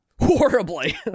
Horribly